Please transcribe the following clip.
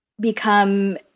become